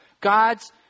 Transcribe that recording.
God's